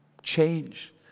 Change